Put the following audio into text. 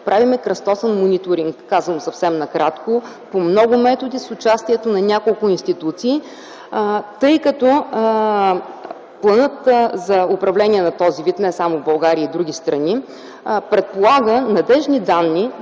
Правим кръстосан мониторинг, казано съвсем накратко, по много методи, с участието на няколко институции, тъй като планът за управление на този вид не само в България, но и в други страни предполага да